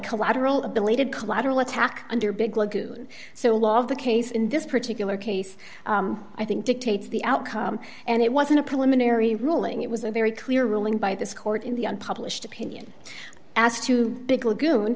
collateral a belated collateral attack under big lagu so a lot of the case in this particular case i think dictates the outcome and it wasn't a preliminary ruling it was a very clear ruling by this court in the unpublished opinion as to big lagoon